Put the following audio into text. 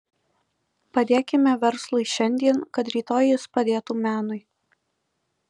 padėkime verslui šiandien kad rytoj jis padėtų menui